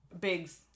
Biggs